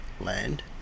land